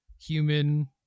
human